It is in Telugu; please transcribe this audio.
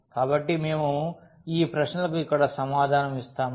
కాబట్టి మేము ఈ ప్రశ్నలకు ఇక్కడ సమాధానం ఇస్తాము